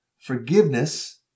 forgiveness